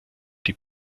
die